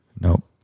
Nope